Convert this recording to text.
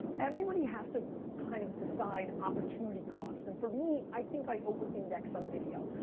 everybody has to kind of decide opportunity costs, and for me, i think i over-index on video.